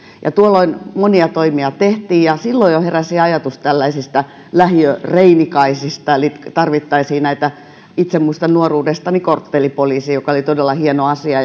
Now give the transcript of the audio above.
tuolloin monia toimia tehtiin ja jo silloin heräsi ajatus tällaisista lähiöreinikaisista eli tarvittaisiin näitä itse muistan nuoruudestani korttelipoliisin joka oli todella hieno asia